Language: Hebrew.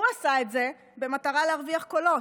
הוא עשה את זה במטרה להרוויח קולות.